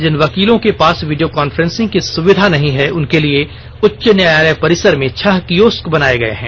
जिन वकीलों के पास वीडियो कॉन्फ्रंसिंग की सुविधा नहीं है उनके लिए उच्च न्यायालय परिसर में छह कियोस्क बनाए गए हैं